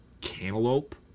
cantaloupe